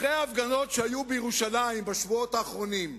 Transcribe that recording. אחרי ההפגנות שהיו בירושלים בשבועות האחרונים,